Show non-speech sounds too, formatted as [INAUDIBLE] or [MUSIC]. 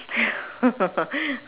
[LAUGHS]